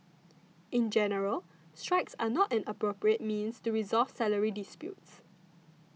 in general strikes are not an appropriate means to resolve salary disputes